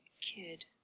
kid